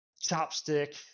chopstick